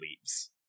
leaves